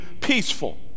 peaceful